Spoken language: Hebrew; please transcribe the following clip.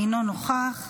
אינו נוכח,